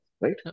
right